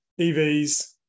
EVs